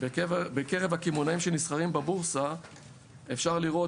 בקרב הקמעונאים שנסחרים בבורסה אפשר לראות